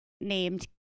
named